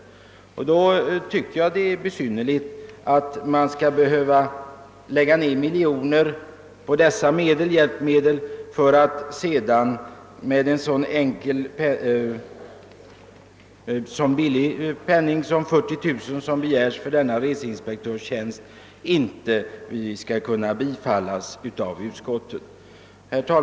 Under sådana förhållanden tycker jag det är besynnerligt att utskottet, när man har lagt ned miljoner på dessa hjälpmedel, inte skall kunna gå med på ett så begränsat anslagsyrkande som de 40 000 kronor som begärs för denna reseinspektörstjänst. Herr talman!